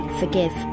forgive